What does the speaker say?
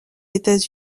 états